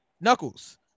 Knuckles